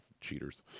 Cheaters